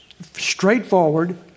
straightforward